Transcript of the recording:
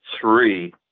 three